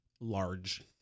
large